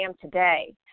today